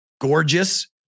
gorgeous